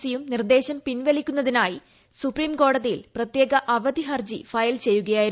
C യും നിർദ്ദേശം പിൻവലിക്കുന്നതിന്റായി സുപ്രീംകോടതിയിൽ പ്രത്യേക അവധി ഹർജി ഫയൽ ചെയ്യുകയായിരുന്നു